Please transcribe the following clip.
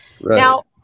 Now